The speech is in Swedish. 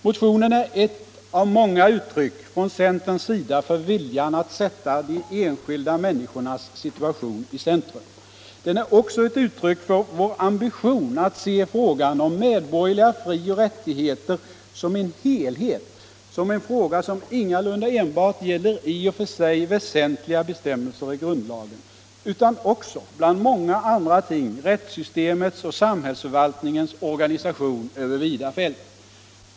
Motionen är ett av många uttryck från centerns sida för viljan att sätta de enskilda människornas situation i centrum. Den är också ett uttryck för vår ambition att se frågan om medborgerliga frioch rättigheter som en helhet, som en fråga som ingalunda enbart gäller i och för sig väsentliga bestämmelser i grundlagen utan också — bland många andra ting — rättssystemets och samhällsförvaltningens organisation över vida fält.